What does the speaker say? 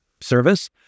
service